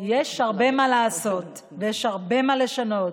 יש הרבה מה לעשות ויש הרבה מה לשנות,